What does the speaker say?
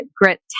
grit